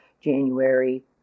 January